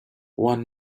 one